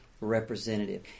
representative